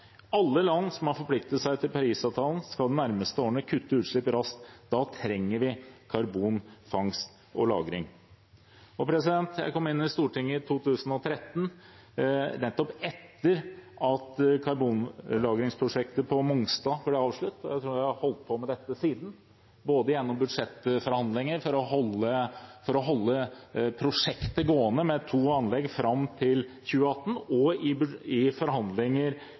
Alle land som har forpliktet seg til Parisavtalen, skal de nærmeste årene kutte utslipp raskt. Da trenger vi karbonfangst og -lagring. Jeg kom inn på Stortinget i 2013, rett etter at karbonlagringsprosjektet på Mongstad ble avsluttet. Jeg tror at jeg har holdt på med dette siden, både gjennom budsjettforhandlinger, for å holde prosjektet gående med to anlegg fram til 2018 og i